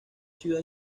ciudad